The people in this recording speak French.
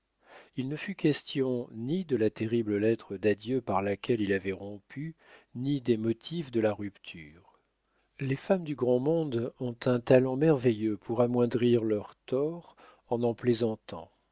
il ne fut question ni de la terrible lettre d'adieu par laquelle il avait rompu ni des motifs de la rupture les femmes du grand monde ont un talent merveilleux pour amoindrir leurs torts en en plaisantant